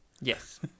Yes